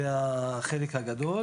זה החלק הגדול.